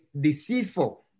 deceitful